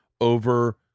over